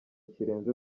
kirenze